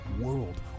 world